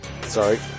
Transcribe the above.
sorry